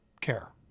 care